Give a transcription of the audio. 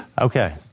Okay